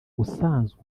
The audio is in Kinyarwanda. usanzwe